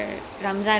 biryani